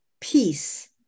Peace